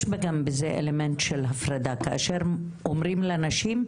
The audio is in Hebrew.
יש בזה גם אלמנט של הפרדה כאשר אומרים לנשים,